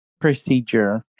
procedure